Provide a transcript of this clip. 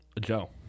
Joe